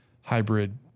hybrid